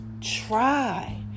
try